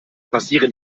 passieren